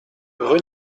rue